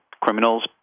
criminals